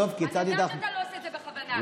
אני יודעת שאתה לא עושה את זה בכוונה,